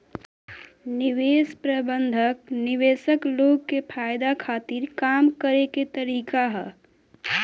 निवेश प्रबंधन निवेशक लोग के फायदा खातिर काम करे के तरीका ह